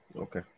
Okay